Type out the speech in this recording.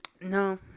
No